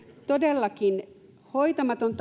todellakin hoitamaton